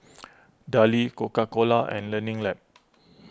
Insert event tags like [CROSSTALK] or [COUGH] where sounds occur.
[NOISE] Darlie Coca Cola and Learning Lab